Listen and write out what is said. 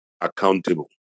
accountable